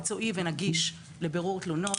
מקצועי ונגיש לבירור תלונות,